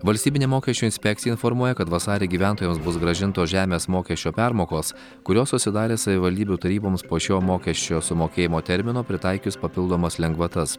valstybinė mokesčių inspekcija informuoja kad vasarį gyventojams bus grąžintos žemės mokesčio permokos kurios susidarė savivaldybių taryboms po šio mokesčio sumokėjimo termino pritaikius papildomas lengvatas